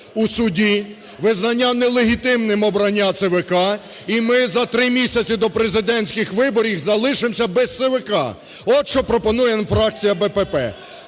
у суді, визнання нелегітимним обрання ЦВК, і ми за три місяці до президентських виборів залишимося без ЦВК, от, що пропонує фракція БПП.